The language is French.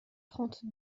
trente